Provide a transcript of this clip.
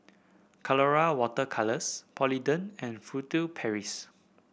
Colora Water Colours Polident and Furtere Paris